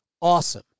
awesome